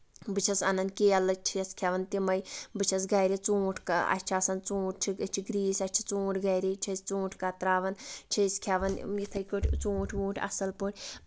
بہٕ چھَس اَنان کیلہٕ چھَس کھٮ۪وان تِمٕے بہٕ چھَس گرِ ژوٗنٛٹھ اَسہِ چھِ آسان ژوٗنٛٹھ چھِ أسۍ چھِ گریٖسۍ اَسہِ چھِ ژوٗنٛٹھ گرے چھِ أسۍ ژوٗنٛٹھ کَتراوان چھِ أسۍ کھٮ۪وان یِتھٕے کٲٹھۍ ژوٗنٹھ ووٗنٛٹھ اَصٕل پٲٹھۍ